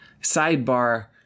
Sidebar